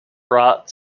brought